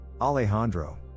Alejandro